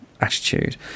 attitude